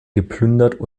geplündert